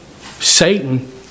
Satan